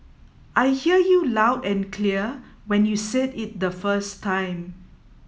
I hear you loud and clear when you said it the first time